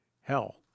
hell